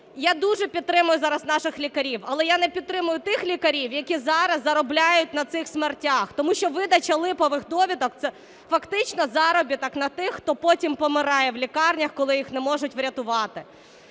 Я дуже підтримую зараз наших лікарів, але я не підтримую тих лікарів, які зараз заробляють на цих смертях. Тому що видача липових довідок – це фактично заробіток на тих, хто потім помирає в лікарнях, коли їх не можуть врятувати.